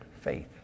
faith